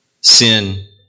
sin